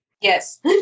Yes